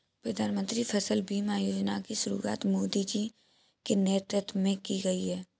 प्रधानमंत्री फसल बीमा योजना की शुरुआत मोदी जी के नेतृत्व में की गई है